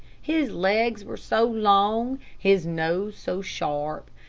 his legs were so long, his nose so sharp,